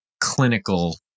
clinical